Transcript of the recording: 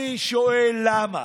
אני שואל למה,